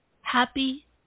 happy